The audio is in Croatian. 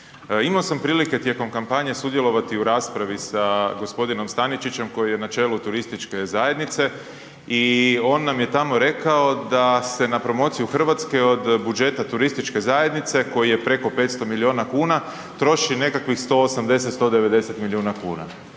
Imao sam prilike tijekom kampanje sudjelovati u raspravi sa g. Staničićem koji je na čelu turističke zajednice i on nam je tamo rekao da se na promociju Hrvatske od budžeta turističke zajednice koji je preko 500 milijuna kuna, troši nekakvih 180, 190 milijuna kuna.